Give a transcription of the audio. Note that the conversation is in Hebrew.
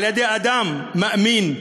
על-ידי אדם מאמין,